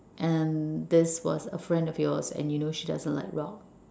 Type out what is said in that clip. and this was a friend of yours and you know she doesn't like rock